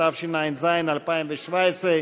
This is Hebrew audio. התשע"ז 2017,